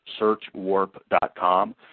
SearchWarp.com